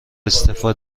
استعفا